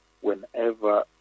whenever